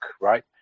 right